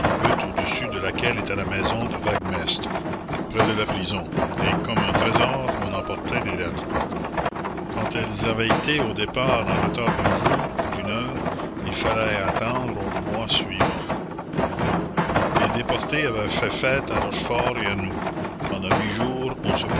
butte au-dessus de laquelle était la maison du vaguemestre près de la prison et comme un trésor on emportait les lettres quand elles avaient été au départ en retard d'un jour ou d'une heure il fallait attendre au mois suivant les déportés avaient fait fête à rochefort et à nous pendant huit jours on se